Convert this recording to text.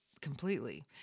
completely